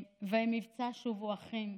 זה היה מבצע "שובו אחים".